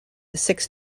six